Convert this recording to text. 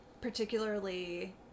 particularly